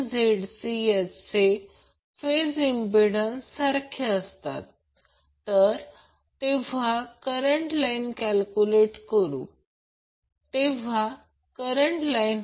तर हे VAN आहे आणि हा करंट आणि इथे व्होल्टेज आहे मी लहान a n ऐवजी कॅपिटल A N घेतला आहे